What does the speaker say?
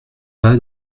pas